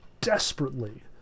desperately